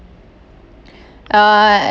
uh